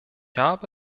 habe